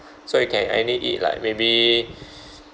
so you can only eat like maybe